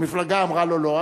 המפלגה אמרה לו לא,